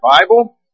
Bible